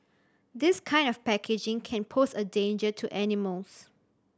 this kind of packaging can pose a danger to animals